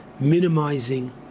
minimizing